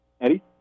Eddie